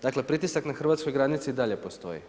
Dakle, pritisak na Hrvatskoj granici i dalje postoji.